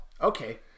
Okay